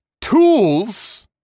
tools